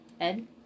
Ed